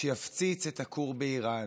שיפציץ את הכור באיראן,